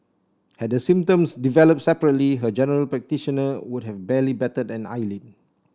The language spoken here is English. had the symptoms developed separately her general practitioner would have barely batted an eyelid